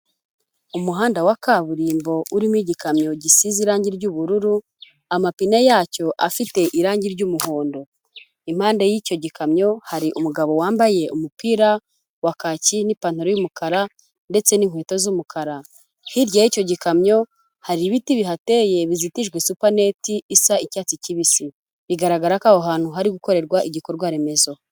Umuhanda wa kaburimbo urimo igikamyo gisize irangi ry'ubururu, amapine yacyo afite irangi ry'umuhondo. Impande y'icyo gikamyo hari umugabo wambaye umupira wa kaki n'ipantaro y'umukara ndetse n'inkweto z'umukara. Hirya y'icyo gikamyo hari ibiti bihateye bizitijwe supaneti isa icyatsi kibisi. Bigaragara ko aho hantu hari gukorerwa igikorwa remezo.